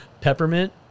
Peppermint